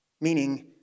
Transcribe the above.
Meaning